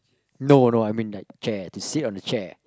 no no I mean like chair to sit on the chair